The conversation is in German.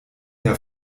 der